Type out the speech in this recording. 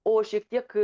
o šiek tiek